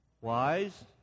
wise